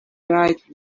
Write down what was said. write